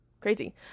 Crazy